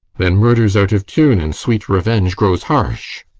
then murder's out of tune, and sweet revenge grows harsh.